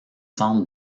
centres